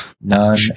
None